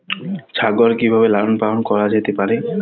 ছাগল কি ভাবে লালন পালন করা যেতে পারে?